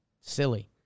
Silly